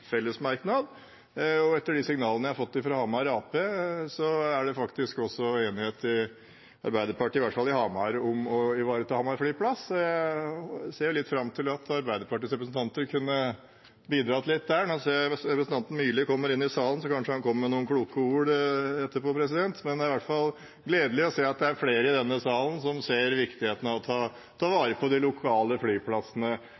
Etter de signalene jeg har fått fra Hamar Arbeiderparti, er det enighet i Arbeiderpartiet, i hvert fall i Hamar, om å ivareta Hamar flyplass. Jeg ser fram til at Arbeiderpartiets representanter kunne bidra litt der. Nå ser jeg representanten Myrli komme inn i salen, så kanskje han kommer med noen kloke ord etterpå. Det er i hvert fall gledelig å se at det er flere i denne salen som ser viktigheten av å ta